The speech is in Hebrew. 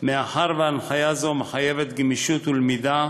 מאחר שהנחיה זו מחייבת גמישות ולמידה,